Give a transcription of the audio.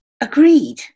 Agreed